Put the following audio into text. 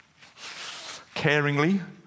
caringly